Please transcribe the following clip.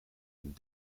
een